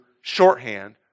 shorthand